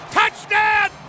touchdown